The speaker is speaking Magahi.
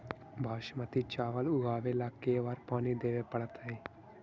बासमती चावल उगावेला के बार पानी देवे पड़तै?